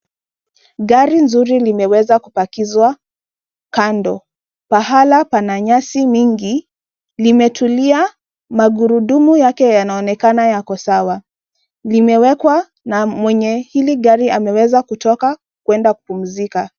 Gari nzuri limeweza kupakizwa kando, pahala pana nyasi nyingi limetulia, magurudumu yake yanaonekana yako sawa, limewekwa na mwenye hili gari ameweza kutoka kuenda kupumzika.